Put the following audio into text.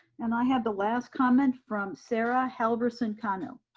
and i have the last comment from sarah halverson-cano.